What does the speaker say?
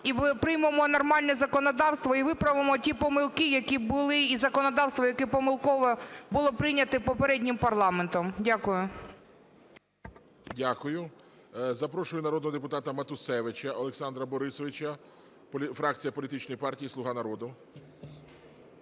і приймемо нормальне законодавство, і виправимо ті помилки, які були, і законодавство, яке помилково було прийняте попереднім парламентом. Дякую. ГОЛОВУЮЧИЙ. Дякую. Запрошую народного депутата Матусевича Олександра Борисовича, фракція політичної партії "Слуга народу".